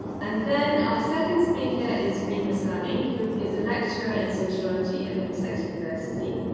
and then our second speaker is rima saini, who is a lecturer in sociology and middlesex university.